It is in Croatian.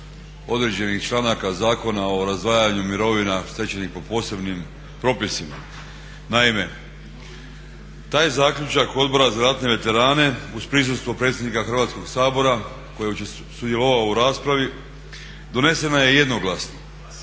određenih članaka Zakona o razdvajanju mirovina stečenih po posebnim propisima. Naime, taj zaključak Odbora za ratne veterane uz prisustvo predsjednika Hrvatskoga sabora koji je sudjelovao u raspravi donesena je jednoglasno